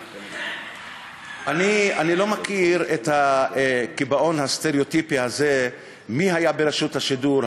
אני לא מכיר את הקיבעון הסטריאוטיפי הזה מי היה ברשות השידור,